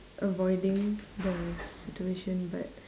avoiding the situation but